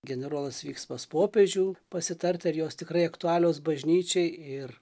generolas vyks pas popiežių pasitart ar jos tikrai aktualios bažnyčiai ir